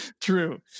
true